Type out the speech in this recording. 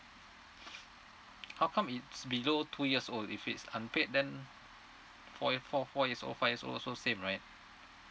how come it's below two years old if it's unpaid then four ye~ four four years old five years old also same right